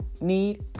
need